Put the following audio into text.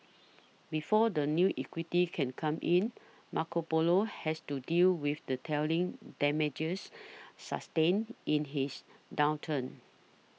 before the new equity can come in Marco Polo has to deal with the telling damages sustained in his downturn